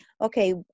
Okay